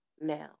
now